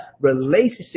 relationship